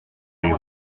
les